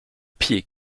pieds